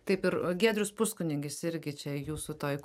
taip ir giedrius puskunigis irgi čia jūsų toj